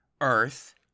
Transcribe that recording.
Earth